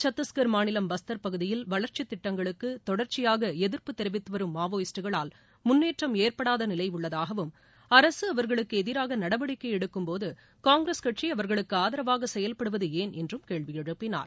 சத்தீஸ்கர் மாநிலம் பஸ்தர் பகுதியில் வளர்ச்சித்திட்டங்ளுக்கு தொடர்ச்சியாக எதிர்ப்பு தெரிவித்துவரும் மாவோயிஸ்டுகளால் முன்னேற்றம் ஏற்படாத நிலை உள்ளதாகவும் அரசு அவர்களுக்கு எதிராக நடவடிக்கை எடுக்கும்போது காங்கிரஸ் கட்சி அவர்களுக்கு ஆதரவாக செயல்படுவது ஏன் என்றும் கேள்வி எழுப்பினார்